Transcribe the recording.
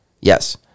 yes